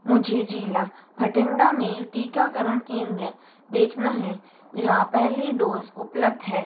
मुझे ज़िला बठिंडा में टीकाकरण केंद्र देखना है जहाँ पहली डोज़ उपलब्ध है